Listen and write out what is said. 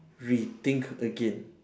re-think again